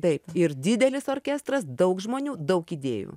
taip ir didelis orkestras daug žmonių daug idėjų